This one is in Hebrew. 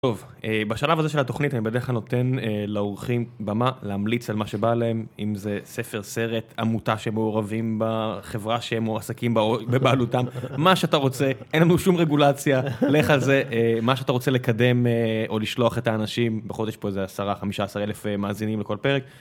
טוב, בשלב הזה של התוכנית, אני בדרך כלל נותן לאורחים במה להמליץ על מה שבא להם אם זה ספר, סרט, עמותה שהם מעורבים בה. חברה שהם עוסקים בבעלותם מה שאתה רוצה, אין לנו שום רגולציה, לך על זה מה שאתה רוצה לקדם או לשלוח את האנשים בחודש פה יש איזה עשרה, חמישה עשרה אלף מאזינים לכל פרק